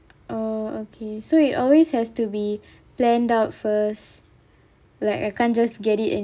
oh okay so it always has to be planned out first like I can't just get it